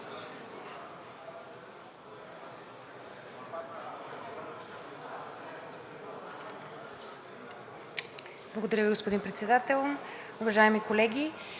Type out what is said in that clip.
Благодаря, господин Председател. Уважаеми колеги,